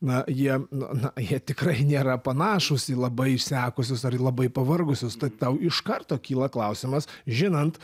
na jie na jie tikrai nėra panašūs į labai išsekusius ar į labai pavargusius tai tau iš karto kyla klausimas žinant